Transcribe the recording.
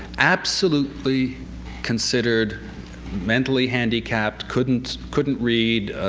absolutely considered mentally handicapped couldn't couldn't read,